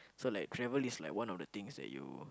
so like travel is like one of the things that you